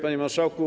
Panie Marszałku!